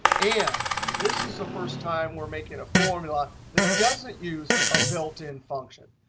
and this is the first time we're making a formula that doesn't use a built-in function.